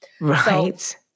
Right